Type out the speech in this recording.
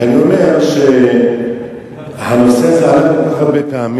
רק אני אומר שהנושא הזה עלה כל כך הרבה פעמים,